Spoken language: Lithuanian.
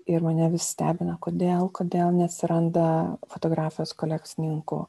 ir mane stebina kodėl kodėl neatsiranda fotografas kolekcininkų